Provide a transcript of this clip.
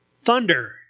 Thunder